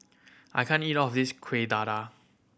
I can't eat all of this Kueh Dadar